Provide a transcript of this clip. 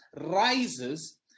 rises